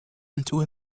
into